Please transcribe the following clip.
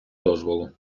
дозволу